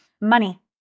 Money